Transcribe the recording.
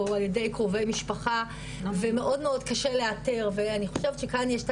או על ידי קרובי משפחה ומאוד קשה לאתר ואני חושבת שכאן יש את